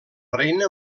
reina